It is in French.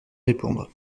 répondre